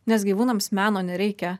nes gyvūnams meno nereikia